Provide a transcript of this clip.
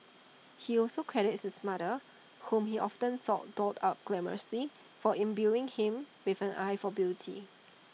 he also credits his mother whom he often saw dolled up glamorously for imbuing him with an eye for beauty